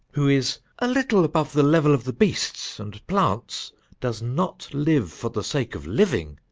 who is a little above the level of the beasts and plants does not live for the sake of living,